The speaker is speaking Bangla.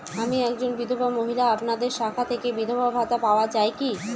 আমি একজন বিধবা মহিলা আপনাদের শাখা থেকে বিধবা ভাতা পাওয়া যায় কি?